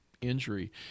injury